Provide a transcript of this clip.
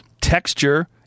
Texture